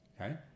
okay